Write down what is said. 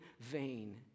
vain